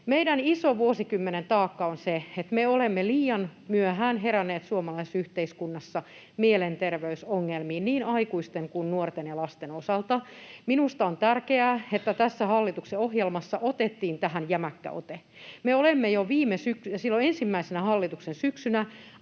Meidän iso vuosikymmenen taakkamme on se, että me olemme liian myöhään heränneet suomalaisessa yhteiskunnassa mielenterveysongelmiin niin aikuisten kuin nuorten ja lasten osalta. Minusta on tärkeää, että tässä hallituksen ohjelmassa otettiin tähän jämäkkä ote. Me olemme jo silloin ensimmäisenä hallituksen syksynä